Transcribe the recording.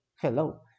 hello